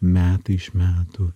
metai iš metų